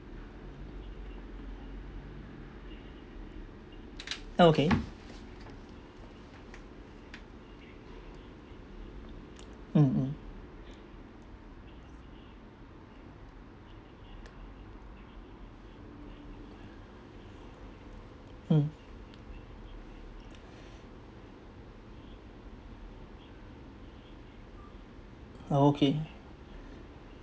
okay mmhmm mm okay